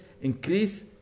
Increase